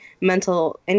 mental